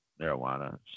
marijuana